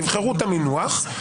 תבחרו את המינוח,